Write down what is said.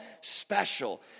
special